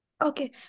Okay